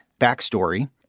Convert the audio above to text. backstory